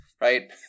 right